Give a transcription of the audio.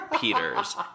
Peters